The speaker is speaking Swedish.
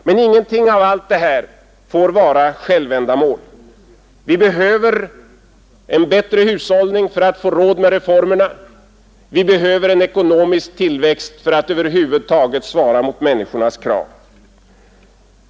Men ingenting av allt det här får vara självändamål. Vi behöver en bättre hushållning för att få råd med reformerna, vi behöver en ekonomisk tillväxt för att över huvud taget svara mot människornas krav.